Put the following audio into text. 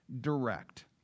Direct